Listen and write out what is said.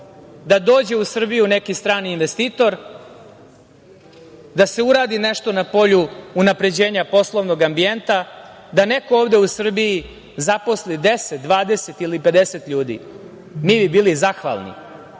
da dođe u Srbiju neki strani investitor, da se uradi nešto na polju unapređenja poslovnog ambijenta, da neko ovde u Srbiji zaposli 10, 20 ili 50 ljudi, mi bi bili zahvalni. Mi